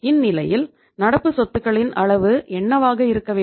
இந்நிலையில் நடப்பு சொத்துகளின் அளவு என்னவாக இருக்க வேண்டும்